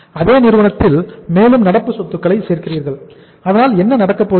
அதே நிறுவனத்தில் மேலும் நடப்பு சொத்துக்களை சேர்க்கிறீர்கள் அதனால் என்ன நடக்கப்போகிறது